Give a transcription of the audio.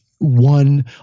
One